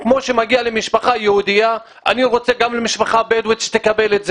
כמו שמגיע למשפחה יהודית אני רוצה שגם משפחה בדואית תקבל את זה.